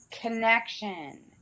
connection